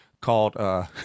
called